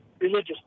religious